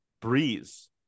breeze